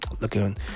Looking